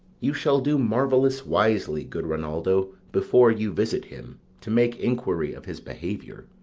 you shall do marvellous wisely, good reynaldo, before you visit him, to make inquiry of his behaviour.